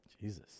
Jesus